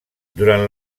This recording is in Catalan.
durant